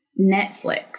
Netflix